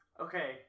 okay